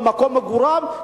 במקום מגוריו,